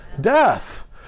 death